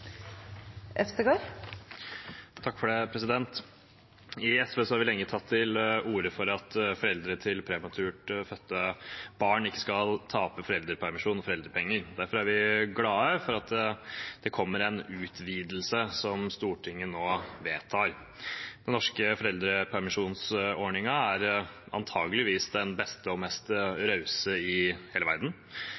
orde for at foreldre til prematurt fødte barn ikke skal tape foreldrepermisjon og foreldrepenger. Derfor er vi glade for at det kommer en utvidelse som Stortinget nå vedtar. Den norske foreldrepermisjonsordningen er antageligvis den beste og mest